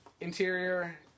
interior